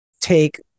take